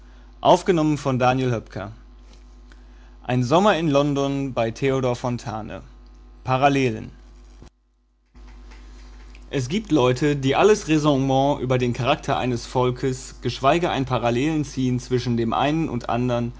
parallelen es gibt leute die alles raisonnement über den charakter eines volkes geschweige ein parallelenziehen zwischen dem einen und andern